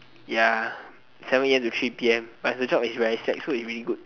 ya seven a_m to three p_m plus the job is very slack so it really good